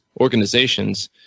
organizations